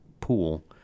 pool